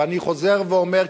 ואני חוזר ואומר,